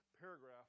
paragraph